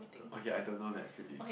okay I don't know that feeling